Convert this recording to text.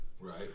Right